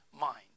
mind